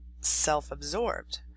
self-absorbed